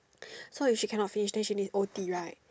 so if she can not finish then she need O_T right